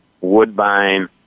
Woodbine